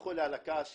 תסלחו לי על הכעס שלי,